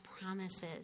promises